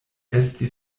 esti